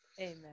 Amen